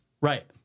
Right